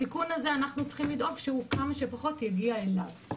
אנחנו צריכים לדאוג שהסיכון הזה כמה שפחות יגיע אליו.